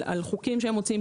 על חוקים שהם מוציאים,